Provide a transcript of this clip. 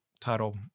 title